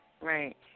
Right